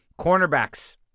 cornerbacks